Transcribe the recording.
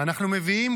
אנחנו מביאים